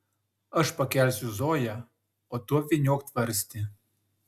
aš pakelsiu zoją o tu apvyniok tvarstį